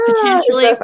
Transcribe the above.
potentially